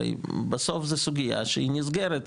הרי בסוף זה סוגיה שהיא נסגרת.